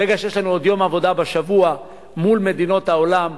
ברגע שיש לנו עוד יום עבודה בשבוע מול מדינות העולם,